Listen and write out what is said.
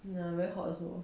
ya very hot also